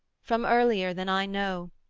from earlier than i know,